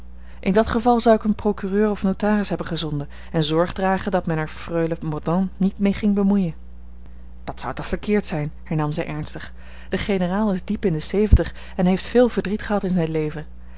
in dat geval zou ik een procureur of notaris hebben gezonden en zorg dragen dat men er freule mordaunt niet mee ging bemoeien dat zou toch verkeerd zijn hernam zij ernstig de generaal is diep in de zeventig en heeft veel verdriet gehad in zijn leven